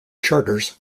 charters